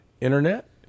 internet